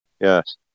Yes